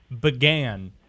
began